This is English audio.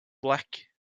black